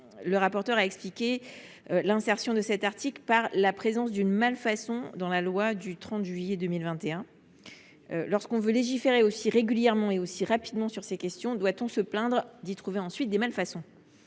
le rapporteur a expliqué l’insertion de cet article par la présence d’une malfaçon dans la loi du 30 juillet 2021. Lorsque l’on veut légiférer aussi régulièrement et aussi rapidement sur ces questions, doit on se plaindre de constater des malfaçons ?